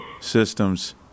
Systems